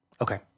Okay